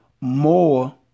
more